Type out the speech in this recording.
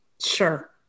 sure